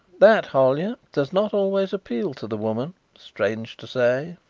that, hollyer, does not always appeal to the woman, strange to say.